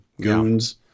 goons